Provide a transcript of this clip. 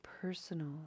personal